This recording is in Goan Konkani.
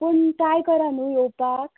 पूण ट्राय करा न्हय येवपाक